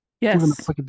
Yes